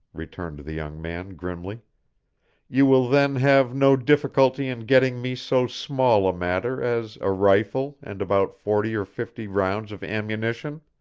returned the young man, grimly you will then have no difficulty in getting me so small a matter as a rifle and about forty or fifty rounds of ammunition.